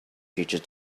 future